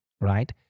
right